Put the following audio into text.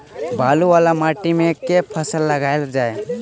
बालू वला माटि मे केँ फसल लगाएल जाए?